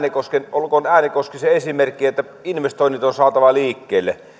olkoon äänekoski esimerkki siitä että investoinnit on saatava liikkeelle